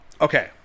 Okay